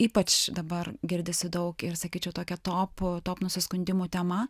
ypač dabar girdisi daug ir sakyčiau tokia topų top nusiskundimų tema